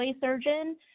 surgeon